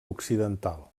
occidental